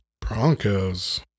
Broncos